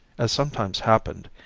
as sometimes happened,